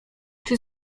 czy